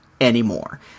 anymore